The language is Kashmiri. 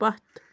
پَتھ